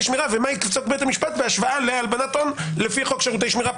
שמירה ומה יפסוק בית המשפט בהשוואה להלבנת הון לפי חוק שירותי שמירה,